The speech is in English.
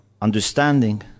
understanding